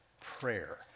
prayer